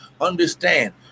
Understand